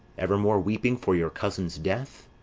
evermore weeping for your cousin's death?